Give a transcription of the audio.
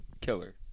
killer